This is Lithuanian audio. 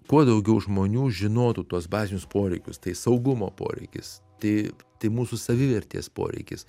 kuo daugiau žmonių žinotų tuos bazinius poreikius tai saugumo poreikis tai tai mūsų savivertės poreikis